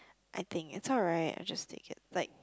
I think it's alright I just take it like